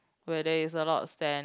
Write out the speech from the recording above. where there is a lot sand